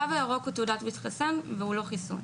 התו הירוק הוא תעודת מתחסן והוא לא חיסון.